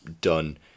done